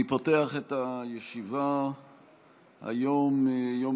חוברת י' ישיבה ל"א הישיבה השלושים-ואחת